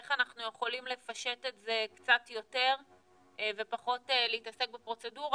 איך אנחנו יכולים לפשט את זה קצת יותר ופחות להתעסק בפרוצדורה.